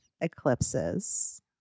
eclipses